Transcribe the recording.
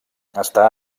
està